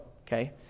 okay